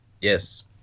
yes